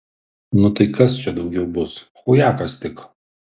nu tai kas čia daugiau bus chujakas tik